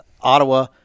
ottawa